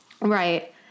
Right